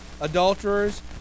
adulterers